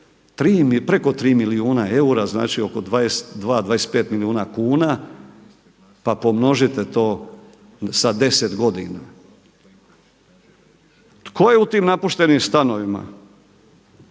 preko 3 milijuna eura, znači oko 22, 25 milijuna kuna, pa pomnožite to sa 10 godina. To je u tim napuštenim stanovima?